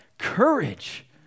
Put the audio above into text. courage